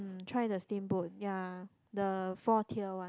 um try the steamboat ya the four tier one